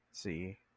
See